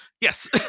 Yes